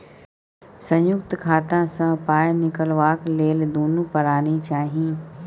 संयुक्त खाता सँ पाय निकलबाक लेल दुनू परानी चाही